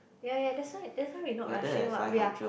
ya ya that's why that's why we not rushing what we are